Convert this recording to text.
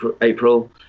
April